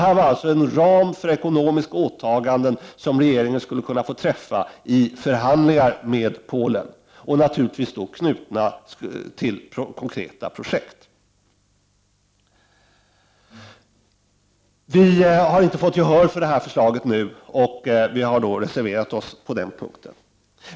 Det var alltså fråga om en ram för ekonomiska åtaganden som regeringen skulle kunna träffa avtal om vid förhandlingar med Polen, naturligtvis knutna till konkreta projekt. Vi i centern har inte fått gehör för detta förslag nu, och vi har därför reserverat oss på denna punkt.